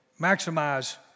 maximize